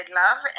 love